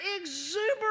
exuberant